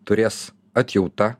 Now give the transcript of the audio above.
turės atjauta